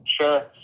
Sure